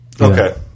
Okay